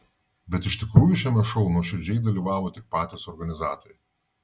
bet iš tikrųjų šiame šou nuoširdžiai dalyvavo tik patys organizatoriai